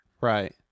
Right